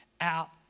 out